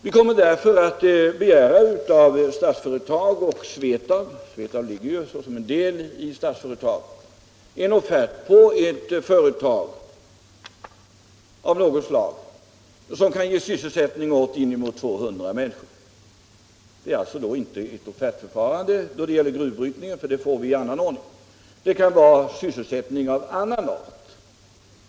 Vi kommer därför att begära att Statsföretag och Svetab — Svetab är ju en del av Statsföretag — utarbetar en offert på ett företag av något slag som kan ge sysselsättning åt inemot 200 människor. Det gäller alltså inte en offert på gruvbrytningen — en sådan får vi i annan ordning — utan det är sysselsättning av annat slag.